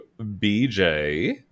BJ